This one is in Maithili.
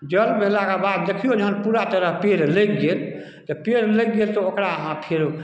जल भेलाकऽ बाद देखियौ जहन पूरा तरह पेड़ लागि गेल तऽ पेड़ लागि गेल तऽ ओकरा अहाँ फेरो